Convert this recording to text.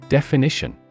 Definition